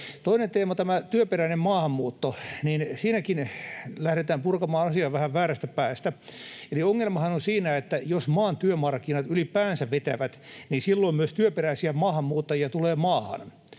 Toinen teema, tämä työperäinen maahanmuutto: Siinäkin lähdetään purkamaan asiaa vähän väärästä päästä. Eli ongelmahan liittyy siihen, että jos maan työmarkkinat ylipäänsä vetävät, niin silloin myös työperäisiä maahanmuuttajia tulee maahan.